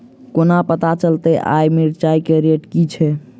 कोना पत्ता चलतै आय मिर्चाय केँ रेट की छै?